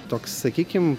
toks sakykim